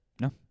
No